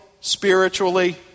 spiritually